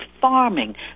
farming